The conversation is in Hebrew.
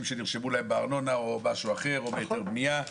שנרשמו להם בארנונה או בהיתר בנייה או במשהו אחר.